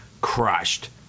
crushed